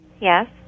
Yes